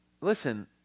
listen